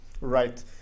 Right